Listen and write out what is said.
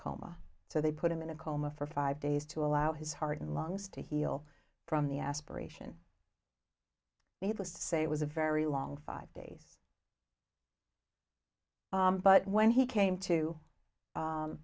coma so they put him in a coma for five days to allow his heart and lungs to heal from the aspiration needless to say it was a very long five days but when he came to